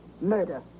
murder